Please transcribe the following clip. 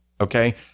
okay